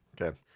Okay